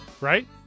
right